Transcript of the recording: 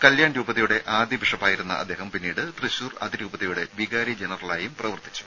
കല്യാൺ രൂപതയുടെ ആദ്യ ബിഷപ്പായിരുന്ന അദ്ദേഹം പിന്നീട് തൃശൂർ അതിരൂപതയുടെ വികാരി ജനറലായും പ്രവർത്തിച്ചു